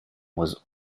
was